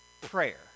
prayer